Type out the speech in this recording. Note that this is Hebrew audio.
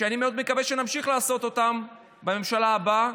ואני מאוד מקווה שנמשיך לעשות אותם בממשלה הבאה.